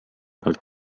pealt